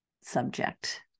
subject